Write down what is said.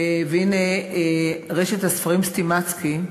והנה, רשת הספרים "סטימצקי",